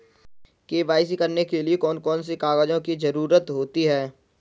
KYC करने के लिए कौन कौन से कागजों की जरूरत होती है?